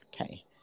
Okay